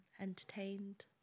entertained